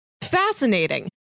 fascinating